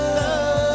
love